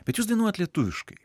bet jūs dainuojat lietuviškai